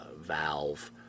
valve